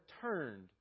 turned